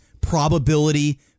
probability